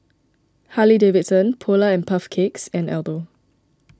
Harley Davidson Polar and Puff Cakes and Aldo